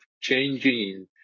changing